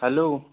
hello